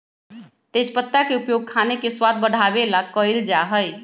तेजपत्ता के उपयोग खाने के स्वाद बढ़ावे ला कइल जा हई